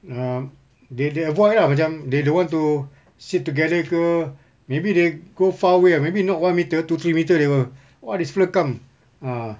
ah they they avoid lah macam they don't want to sit together ke maybe they go far away ah maybe not one meter two three meter they will !wah! this fella come ah